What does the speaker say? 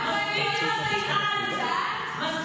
מספיק עם השנאה הזאת.